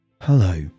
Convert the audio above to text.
Hello